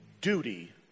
duty